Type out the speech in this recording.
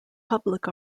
public